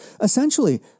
Essentially